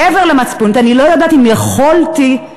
מעבר למצפונית, אני לא יודעת אם הייתי יכולה,